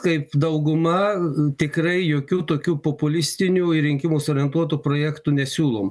kaip dauguma tikrai jokių tokių populistinių į rinkimus orientuotų projektų nesiūlom